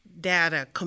data